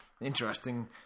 Interesting